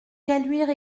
caluire